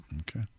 Okay